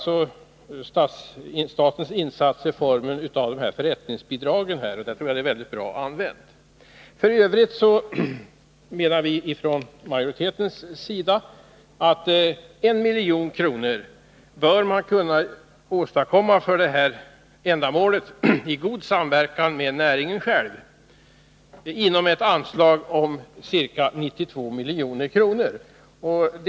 Statens insatser får här formen av förrättningsbidrag. Det tror jag är ett mycket bra sätt att använda pengarna på. Vi i utskottsmajoriteten menar att man — i god samverkan med näringen — inom ramen för ett anslag på ca 92 milj.kr. bör kunna få fram 1 milj.kr. för detta ändamål.